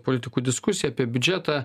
politikų diskusija apie biudžetą